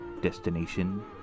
Destination